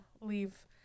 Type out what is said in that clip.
Leave